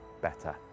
better